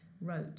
wrote